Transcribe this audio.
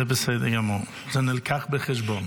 זה בסדר גמור, זה נלקח בחשבון,